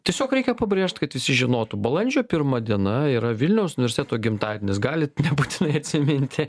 tiesiog reikia pabrėžt kad visi žinotų balandžio pirma diena yra vilniaus universiteto gimtadienis galit nebūtinai atsiminti